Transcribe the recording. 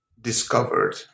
discovered